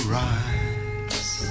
rise